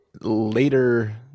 later